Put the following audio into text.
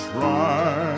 try